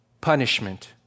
punishment